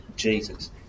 Jesus